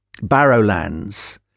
barrowlands